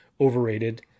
overrated